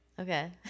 Okay